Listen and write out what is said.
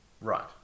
Right